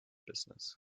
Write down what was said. business